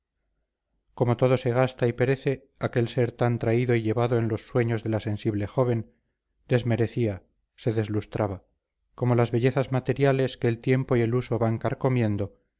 como todo se gasta y perece aquel ser tan traído y llevado en los sueños de la sensible joven desmerecía se deslustraba como las bellezas materiales que el tiempo y el uso van carcomiendo